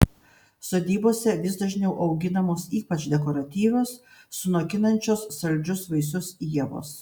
sodybose vis dažniau auginamos ypač dekoratyvios sunokinančios saldžius vaisius ievos